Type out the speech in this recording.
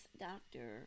doctor